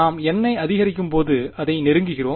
நாம் n ஐ அதிகரிக்கும்போது அதை நெருங்குகிறோம்